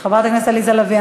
חברת הכנסת עליזה לביא,